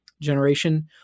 generation